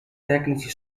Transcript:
tecnici